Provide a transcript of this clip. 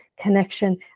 connection